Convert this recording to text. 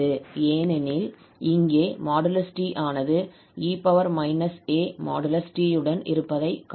ஏனெனில் இங்கே | 𝑡 | ஆனது 𝑒−𝑎|𝑡| உடன் இருப்பதைக் காணலாம்